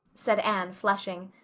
said anne, flushing.